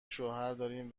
شوهرداریم